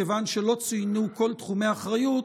מכיוון שלא צוינו כל תחומי אחריות,